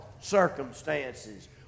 circumstances